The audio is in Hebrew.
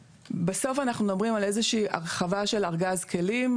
בסוף אנחנו מדברים על איזה שהיא הרחבה של ארגז כלים,